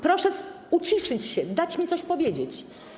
Proszę uciszyć się, dać mi coś powiedzieć.